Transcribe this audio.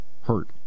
Hurt